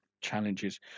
challenges